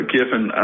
Kiffin